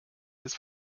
des